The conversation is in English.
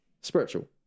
spiritual